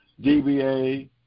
DBA